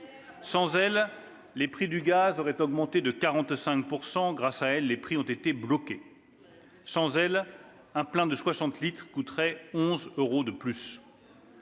Sans elles, les prix du gaz auraient augmenté de 45 %; grâce à elles, les prix ont été bloqués. Sans elles, un plein de soixante litres d'essence coûterait 11 euros de plus.